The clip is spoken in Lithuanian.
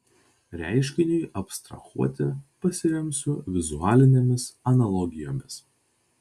reiškiniui abstrahuoti pasiremsiu vizualinėmis analogijomis